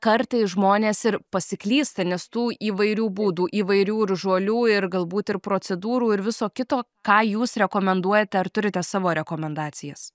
kartais žmonės ir pasiklysta nes tų įvairių būdų įvairių ir žolių ir galbūt ir procedūrų ir viso kito ką jūs rekomenduojate ar turite savo rekomendacijas